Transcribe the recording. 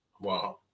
Wow